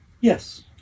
Yes